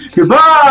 Goodbye